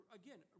again